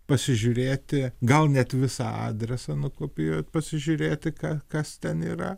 pasižiūrėti gal net visą adresą nukopijuot pasižiūrėti ką kas ten yra